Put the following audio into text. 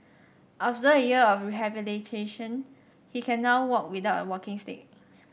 after a year of rehabilitation he can now walk without a walking stick